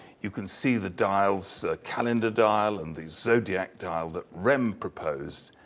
you can see the dials, a calendar dial and the zodiac dial that rem proposed.